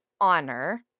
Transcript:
honor